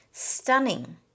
Stunning